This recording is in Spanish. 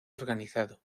organizado